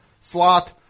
slot